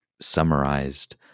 summarized